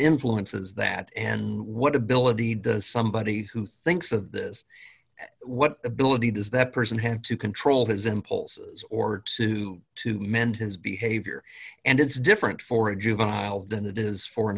influences that and what ability does somebody who thinks of this what ability does that person have to control his impulse or to to mend his behavior and it's different for a juvenile than it is for an